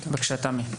בבקשה, תמי.